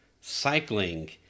cycling